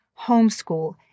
homeschool